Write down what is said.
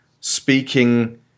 speaking